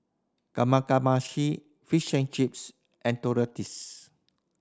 Kamameshi Fish and Chips and